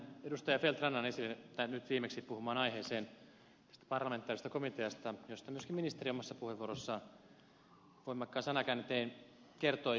feldt rannan nyt viimeksi puhumaan aiheeseen tästä parlamentaarisesta komiteasta josta myöskin ministeri omassa puheenvuorossaan voimakkain sanakääntein kertoi